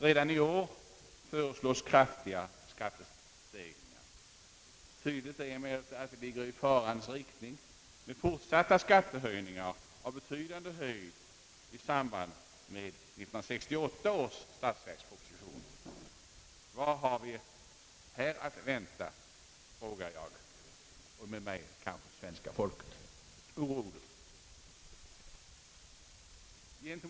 Redan i år föreslås kraftiga skattestegringar, och tydligt är att det ligger i farans riktning med fortsatta skattehöjningar av betydande storlek i samband med 1968 års statsverksproposition. Jag och med mig kanske hela svenska folket frågar oroligt vad vi härvidlag har att vänta.